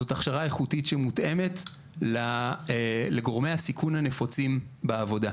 זו הכשרה איכותית שמותאמת לגורמי הסיכון הנפוצים בעבודה.